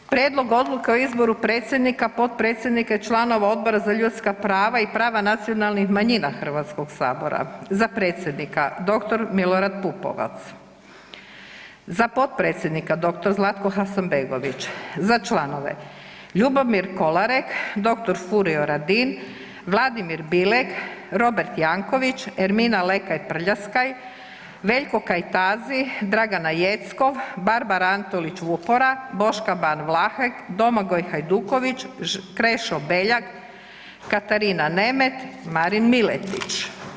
Prijedlog Odluke o izboru predsjednika, potpredsjednika i članova Odbora za ljudska prava i prava nacionalnih manjina Hrvatskog sabora, za predsjednika dr. Milorad Pupovac, za potpredsjednika dr. Zlatko Hasanbegović, za članove Ljubomir Kolarek, dr. Furio Radin, Vladimir Bilek, Robert Jankovics, Ermina Lekaj Prljaskaj, Veljko Kajtazi, Dragana Jeckov, Barbar Antolić Vupora, Boška Ban Vlahek, Domagoj Hajduković, Krešo Beljak, Katarina Nemet, Marin Miletić.